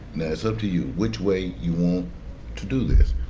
now it's up to you which way you want to do this.